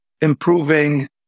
improving